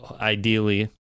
ideally